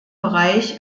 bereich